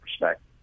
respect